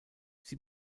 sie